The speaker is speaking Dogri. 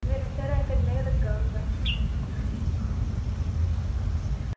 मेरे घरै कन्नै गै लग्गे दा होंदा